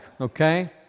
okay